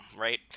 right